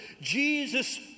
Jesus